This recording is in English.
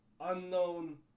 unknown